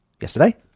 yesterday